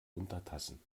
untertassen